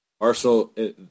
Arsenal